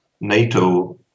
NATO